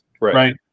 right